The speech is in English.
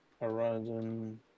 Horizon